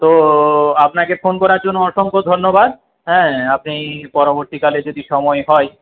তো আপনাকে ফোন করার জন্য অসংখ্য ধন্যবাদ হ্যাঁ আপনি পরবর্তীকালে যদি সময় হয়